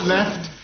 Left